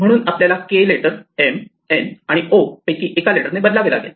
म्हणून आपल्याला K letter M N आणि O पैकी एका लेटर ने बदलावे लागेल